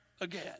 again